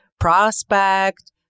prospect